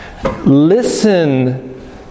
listen